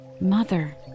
Mother